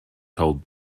told